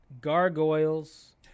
Gargoyles